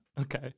Okay